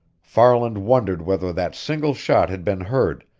farland wondered whether that single shot had been heard,